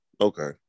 okay